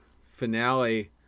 finale